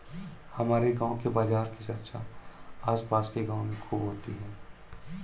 हमारे गांव के बाजार की चर्चा आस पास के गावों में खूब होती हैं